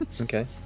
Okay